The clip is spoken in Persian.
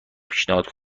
پیشنهاد